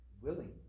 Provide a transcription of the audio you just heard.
willing